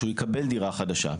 שהוא יקבל דירה חדשה.